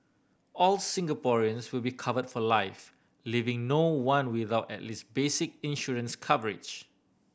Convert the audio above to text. all Singaporeans will be covered for life leaving no one without at least basic insurance coverage